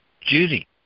Judy